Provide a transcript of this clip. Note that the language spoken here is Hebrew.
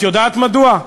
את יודעת מדוע?